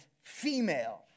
female